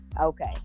okay